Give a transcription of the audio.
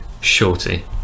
shorty